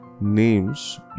names